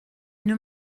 une